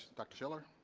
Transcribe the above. dr. schiller.